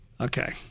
Okay